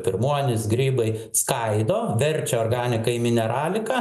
pirmuonys grybai skaido verčia organiką į mineraliką